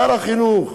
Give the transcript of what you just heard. שר החינוך,